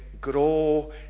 grow